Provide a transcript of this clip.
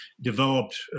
developed